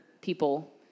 people